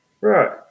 Right